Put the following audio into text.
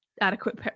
adequate